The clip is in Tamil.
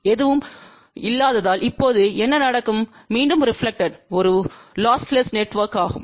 எதுவும் இல்லாததால் இப்போது என்ன நடக்கும் மீண்டும் ரெப்லக்டெட்து இது ஒரு லொஸ்லெஸ் நெட்ஒர்க்யமாகும்